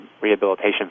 Rehabilitation